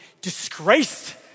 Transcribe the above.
disgraced